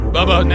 Bubba